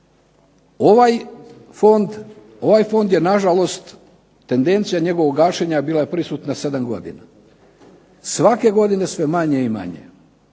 Ovaj fond je nažalost tendencija njegovog gašenja bila je prisutna 7 godina. Svake godine sve manje i manje,